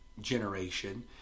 generation